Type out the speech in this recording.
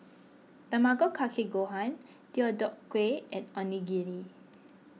Tamago Kake Gohan Deodeok Gui and Onigiri